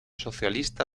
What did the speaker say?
socialista